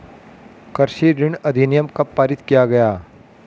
कृषि ऋण अधिनियम कब पारित किया गया?